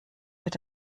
wird